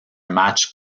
match